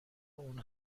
اون